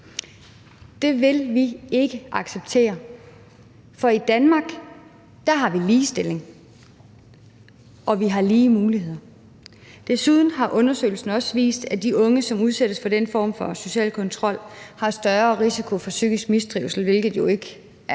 Det vil vi ikke acceptere, for i Danmark har vi ligestilling, og vi har lige muligheder. Desuden har undersøgelsen også vist, at de unge, som udsættes for den form for social kontrol, har større risiko for psykisk mistrivsel, hvilket jo ikke er